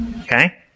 Okay